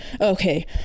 okay